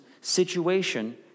situation